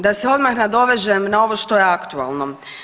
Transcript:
Da se odmah nadovežem na ovo što je aktualno.